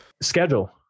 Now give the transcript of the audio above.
Schedule